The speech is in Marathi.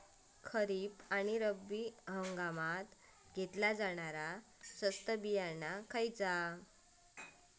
खरीप आणि रब्बी हंगामात घेतला जाणारा स्वस्त बियाणा खयला?